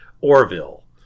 Orville